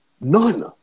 None